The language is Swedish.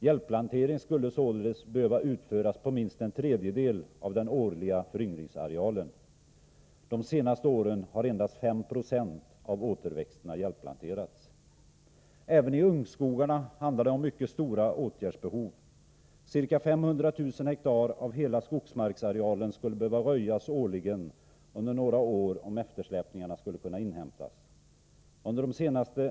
Hjälpplantering skulle således behöva utföras på minst en tredjedel av den årliga föryngringsarealen. De senaste åren har endast 5 96 av återväxtarealerna hjälpplanterats. Även i ungskogarna handlar det om mycket stora åtgärdsbehov — ca 500 000 hektar av hela skogsmarksarealen skulle behöva röjas årligen under några år för att eftersläpningarna skulle kunna inhämtas.